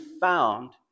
found